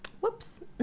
Whoops